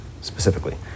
specifically